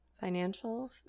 Financial